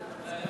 נתקבל בעד,